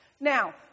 Now